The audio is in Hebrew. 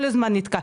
כל הזמן נתקע.